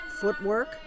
Footwork